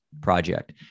project